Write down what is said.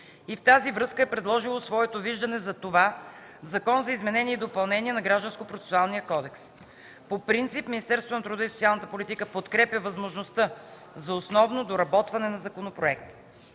и в тази връзка е предложило своето виждане за това в Закон за изменение и допълнение на Гражданскопроцесуалния кодекс. По принцип Министерството на труда и социалната политика подкрепя възможността за основно доработване на законопроекта.